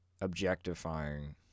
Objectifying